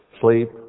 sleep